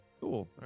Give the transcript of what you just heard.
Cool